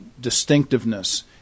distinctiveness